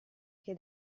che